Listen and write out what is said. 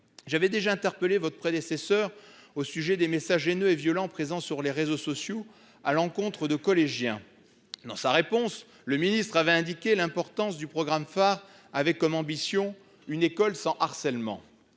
J'avais déjà interpellé votre prédécesseur au sujet des messages haineux et violents présents sur les réseaux sociaux à l'encontre de collégiens. Dans sa réponse, le ministre avait rappelé l'importance du programme pHARe, dont l'ambition était l'avènement